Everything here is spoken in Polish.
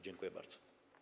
Dziękuję bardzo.